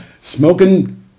smoking